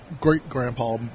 great-grandpa